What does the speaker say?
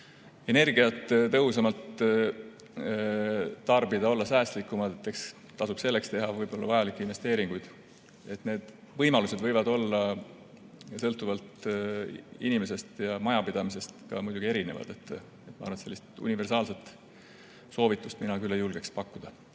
energiat tõhusamalt tarbida, olla säästlikum. Ja eks tasub selleks teha ka vajalikke investeeringuid. Need võimalused on sõltuvalt inimesest ja majapidamisest muidugi erinevad. Mina sellist universaalset soovitust küll ei julge pakkuda.